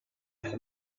have